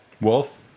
Wolf